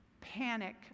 panic